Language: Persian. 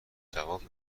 جواب